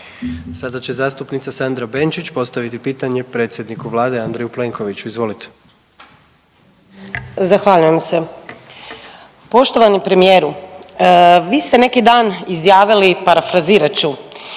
Sada će zastupnica Sandra Benčić postaviti pitanje predsjedniku Vlade Andreju Plenkoviću. Izvolite. **Benčić, Sandra (Možemo!)** Zahvaljujem se. Poštovani premijeru, vi ste neki dan izjavili parafrazirat